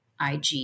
Ig